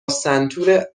سنتور